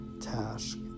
task